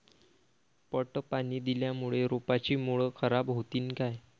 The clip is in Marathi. पट पाणी दिल्यामूळे रोपाची मुळ खराब होतीन काय?